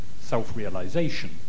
self-realization